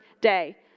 day